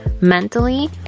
mentally